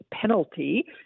penalty